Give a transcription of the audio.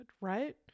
right